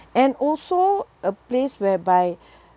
and also a place whereby